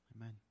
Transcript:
Amen